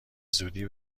زودی